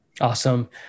Awesome